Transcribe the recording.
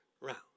round